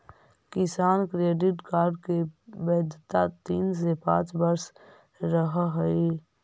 किसान credit card की वैधता तीन से पांच वर्ष रहअ हई